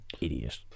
idiot